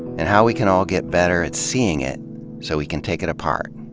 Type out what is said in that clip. and how we can all get better at seeing it so we can take it apart.